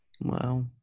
Wow